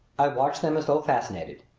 i watched them as though fascinated.